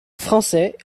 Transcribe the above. français